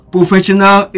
professional